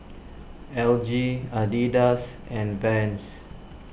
L G Adidas and Vans